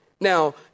Now